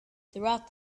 throughout